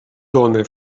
dóna